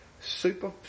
super